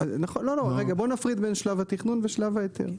רגע, בוא נפריד בין שלב התכנון ושלב ההיתר.